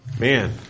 Man